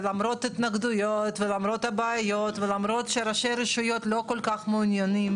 למרות התנגדויות ולמרות הבעיות ולמרות שראשי רשויות לא כל כך מעוניינים,